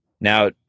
Now